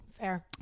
fair